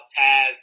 Taz